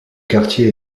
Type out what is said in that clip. quartier